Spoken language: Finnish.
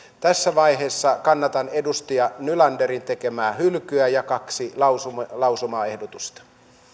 tässä vaiheessa kannatan edustaja nylanderin tekemää hylkyä ja kahta lausumaehdotusta